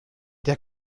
der